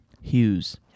Hughes